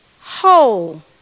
whole